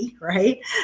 right